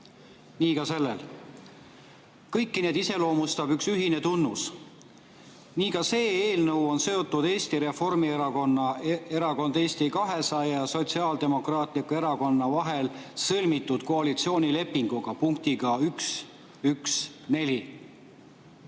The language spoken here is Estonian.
Nii ka sellel. Kõiki neid iseloomustab üks ühine tunnus. Nii on ka see eelnõu seotud Eesti Reformierakonna, Erakond Eesti 200 ja Sotsiaaldemokraatliku Erakonna vahel sõlmitud koalitsioonilepingu punktiga 1.1.4